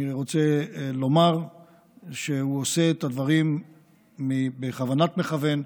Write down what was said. אני רוצה לומר שהוא עושה את הדברים בכוונת מכוון,